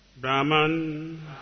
Brahman